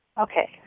Okay